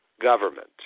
government